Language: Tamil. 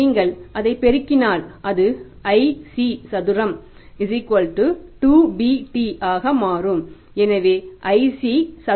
நீங்கள் அதைப் பெருக்கினால் அது iC சதுரம் 2bT ஆக மாறும் எனவே iC சதுரம் 2bT